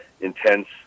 intense